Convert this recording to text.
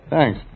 Thanks